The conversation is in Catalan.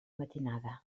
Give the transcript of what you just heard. matinada